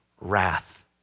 wrath